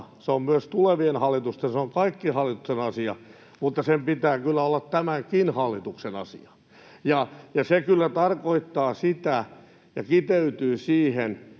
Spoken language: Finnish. Se on myös tulevien hallitusten ja se on kaikkien hallitusten asia, mutta sen pitää kyllä olla tämänkin hallituksen asia. Se tarkoittaa sitä ja kiteytyy siihen,